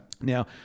Now